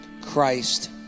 Christ